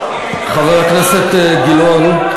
חבר הכנסת גילאון,